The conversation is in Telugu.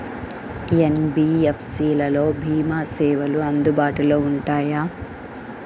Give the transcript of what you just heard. ఎన్.బీ.ఎఫ్.సి లలో భీమా సేవలు అందుబాటులో ఉంటాయా?